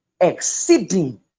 exceeding